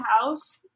house